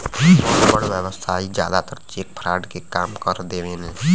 बड़ बड़ व्यवसायी जादातर चेक फ्रॉड के काम कर देवेने